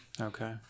Okay